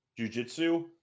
jujitsu